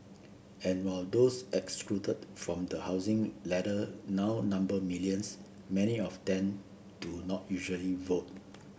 and while those excluded from the housing ladder now number millions many of them do not usually vote